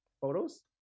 Photos